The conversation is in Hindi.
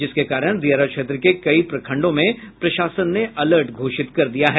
जिसके कारण दियारा क्षेत्र के कई प्रखंडों में प्रशासन ने अलर्ट घोषित कर दिया है